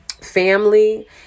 family